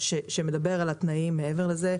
שמדבר על התנאים מעבר לזה.